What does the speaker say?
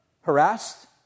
harassed